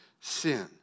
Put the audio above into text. sin